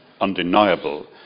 undeniable